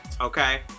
Okay